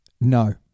No